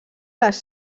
les